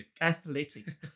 athletic